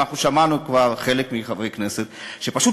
אנחנו שמענו כבר חלק מחברי הכנסת שפשוט